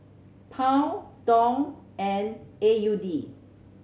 Pound Dong and A U D